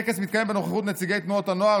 הטקס מתקיים בנוכחות נציגי תנועות הנוער,